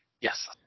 Yes